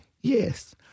Yes